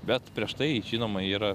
bet prieš tai žinoma yra